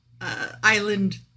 island